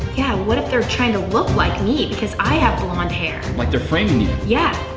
yeah, what if they're trying to look like me because i have blonde hair? like they're framing you. yeah.